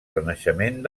renaixement